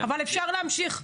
אבל אפשר להמשיך,